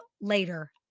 later